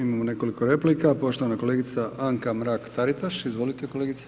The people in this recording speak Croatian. Imamo nekoliko replika, poštovana kolegica Anka Mrak Taritaš, izvolite kolegice.